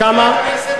אז כמה?